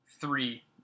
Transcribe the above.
three